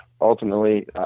ultimately